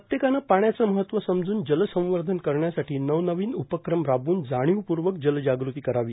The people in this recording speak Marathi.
प्रत्येकानं पाण्याचं महत्व समजून जलसंवर्धन करण्यासाठी नवनवीन उपक्रम राबवून जाणीवपूर्वक जलजागृती करावी